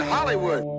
Hollywood